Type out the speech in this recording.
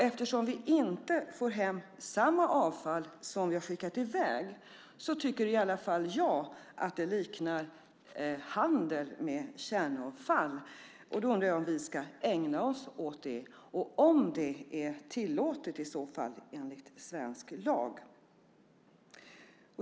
Eftersom vi inte får hem samma avfall som vi har skickat i väg tycker i alla fall jag att det liknar handel med kärnavfall. Jag undrar om vi ska ägna oss åt sådant och om det i så fall är tillåtet enligt svensk lag.